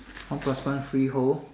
one plus one free hole